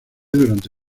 durante